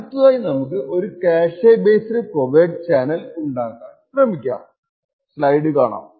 അടുത്തതായി നമുക്ക് ഒരു ക്യാഷെ ബേസ്ഡ് കോവേർട്ട് ചാനൽ ഉണ്ടാക്കാൻ ശ്രമിക്കാം